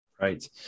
Right